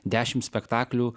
dešim spektaklių